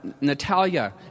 Natalia